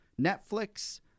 Netflix